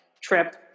trip